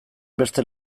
beste